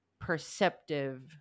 perceptive